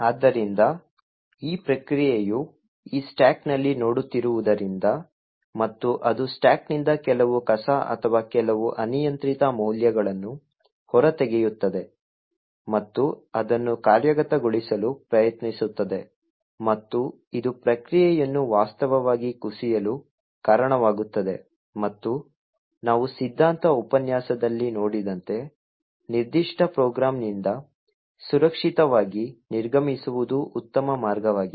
ಆದ್ದರಿಂದ ಈ ಪ್ರಕ್ರಿಯೆಯು ಈ ಸ್ಟಾಕ್ನಲ್ಲಿ ನೋಡುತ್ತಿರುವುದರಿಂದ ಮತ್ತು ಅದು ಸ್ಟಾಕ್ನಿಂದ ಕೆಲವು ಕಸ ಅಥವಾ ಕೆಲವು ಅನಿಯಂತ್ರಿತ ಮೌಲ್ಯಗಳನ್ನು ಹೊರತೆಗೆಯುತ್ತದೆ ಮತ್ತು ಅದನ್ನು ಕಾರ್ಯಗತಗೊಳಿಸಲು ಪ್ರಯತ್ನಿಸುತ್ತದೆ ಮತ್ತು ಇದು ಪ್ರಕ್ರಿಯೆಯನ್ನು ವಾಸ್ತವವಾಗಿ ಕುಸಿಯಲು ಕಾರಣವಾಗುತ್ತದೆ ಮತ್ತು ನಾವು ಸಿದ್ಧಾಂತ ಉಪನ್ಯಾಸದಲ್ಲಿ ನೋಡಿದಂತೆ ನಿರ್ದಿಷ್ಟ ಪ್ರೋಗ್ರಾಂನಿಂದ ಸುರಕ್ಷಿತವಾಗಿ ನಿರ್ಗಮಿಸುವುದು ಉತ್ತಮ ಮಾರ್ಗವಾಗಿದೆ